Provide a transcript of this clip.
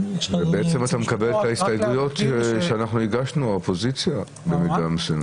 בעצם אתה מקבל את ההסתייגויות שאנחנו הגשנו האופוזיציה במידה מסוימת.